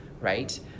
right